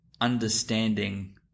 understanding